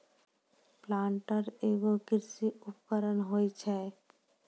planter एगो कृषि उपकरण होय छै